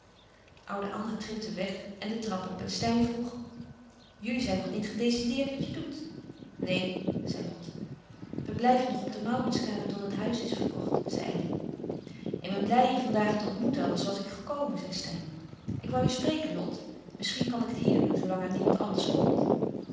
oude anna tripte weg en de trap op en steyn vroeg louis couperus van oude menschen de dingen die voorbij gaan jullie zijn nog niet gedecideerd wat je doet neen zei lot we blijven nog op de mauritskade tot het huis is verkocht zei elly ik ben blij je van daag te ontmoeten anders was ik gekomen zei steyn ik woû je spreken lot misschien kan ik het hier doen zoo lang er niemand anders komt